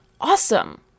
awesome